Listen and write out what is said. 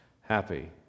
Happy